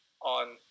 on